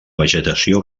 vegetació